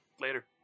Later